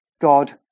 God